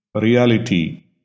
reality